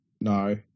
No